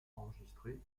enregistrées